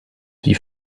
die